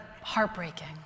heartbreaking